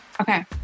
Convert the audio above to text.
Okay